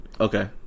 okay